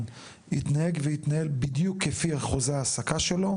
יתנהג ויתנהל בדיוק כפי חוזה העסקה שלו,